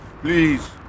Please